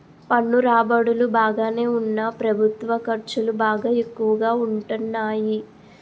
పన్ను రాబడులు బాగానే ఉన్నా ప్రభుత్వ ఖర్చులు బాగా ఎక్కువగా ఉంటాన్నాయి